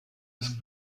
des